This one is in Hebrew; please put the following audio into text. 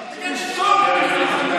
תשתוק.